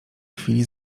chwili